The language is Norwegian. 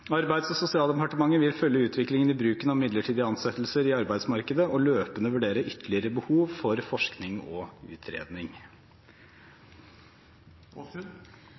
Arbeids- og sosialdepartementet vil følge utviklingen i bruken av midlertidige ansettelser i arbeidsmarkedet og løpende vurdere ytterligere behov for forskning og utredning.